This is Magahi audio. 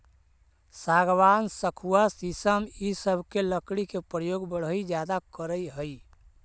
सागवान, सखुआ शीशम इ सब के लकड़ी के प्रयोग बढ़ई ज्यादा करऽ हई